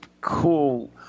cool